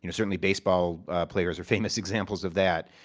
you know certainly baseball players are famous examples of that.